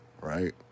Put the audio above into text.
right